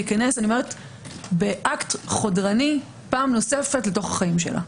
וייכנס פעם נוספת לתוך חייה.